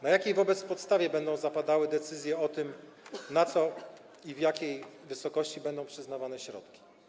Na jakiej wobec tego podstawie będą zapadały decyzje o tym, na co i w jakiej wysokości będą przyznawane środki?